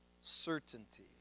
certainty